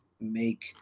make